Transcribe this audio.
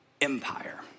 empire